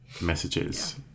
messages